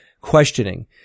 questioning